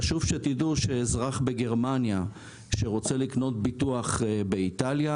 חשוב שתדעו שאזרח בגרמניה שרוצה לקנות ביטוח באיטליה